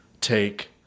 take